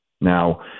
Now